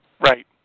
Right